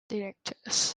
directors